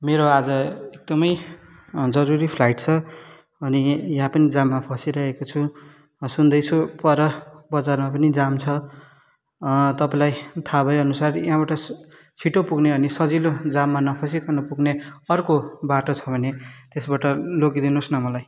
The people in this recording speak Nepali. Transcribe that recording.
मेरो आज एकदम जरुरी फ्लाइट छ अनि यहाँ पनि जाममा फँसिरहेको छु सुन्दैछु पर बजारमा पनि जाम छ तपाईँलाई थाहा भए अनुसार यहाँबाट छिटो पुग्ने अनि सजिलो जाममा नफँसीकन पुग्ने अर्को बाटो छ भने त्यसबाट लगिदिनु होस् न मलाई